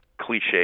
cliche